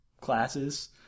classes